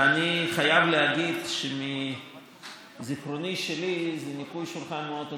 ואני חייב להגיד שמזיכרוני שלי זה ניקוי שולחן מאוד עצוב,